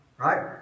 Right